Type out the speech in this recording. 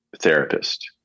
therapist